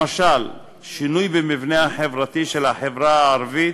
למשל, שינוי במבנה החברתי של החברה הערבית,